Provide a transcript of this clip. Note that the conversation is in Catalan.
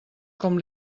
com